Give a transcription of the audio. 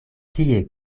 tie